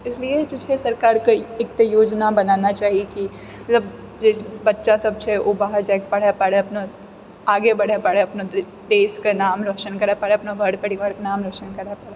इसलिए जे छै सरकारके एकटा योजना बनाना चाही कि मतलब जे बच्चासभ छै ओ बाहर जाकऽ पढ़ि पाबै अपना आगे बढ़ि पाबए अपन देशके नाम रोशन करए पाबए अपन घर परिवारके नाम रोशन करै पाबए